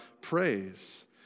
praise